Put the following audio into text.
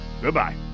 Goodbye